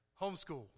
Homeschool